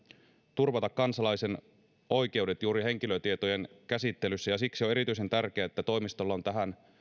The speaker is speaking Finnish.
turvata kansalaisen oikeudet juuri henkilötietojen käsittelyssä ja siksi on erityisen tärkeää että toimistolla on tähän